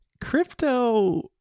Crypto